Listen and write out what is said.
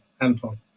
Anton